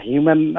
Human